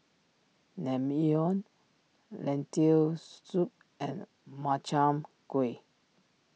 Naengmyeon Lentil Soup and Makchang Gui